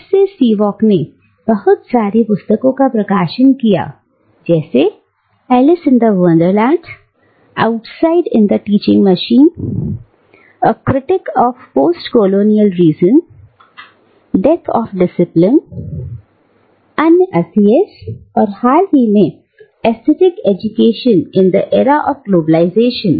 तब से स्पिवाक ने बहुत सारी पुस्तकों का प्रकाशन किया जैसे कि in the other worlds outside in the teaching machine a critique of postcolonial reason death of a discipline अन्य असियस और हाल ही में aesthetic education in the era of globalisation